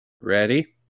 Ready